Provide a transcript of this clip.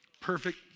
Perfect